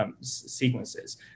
sequences